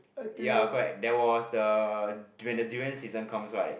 ya correct there was the when the durian season comes right